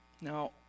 Now